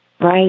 Right